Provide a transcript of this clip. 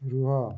ରୁହ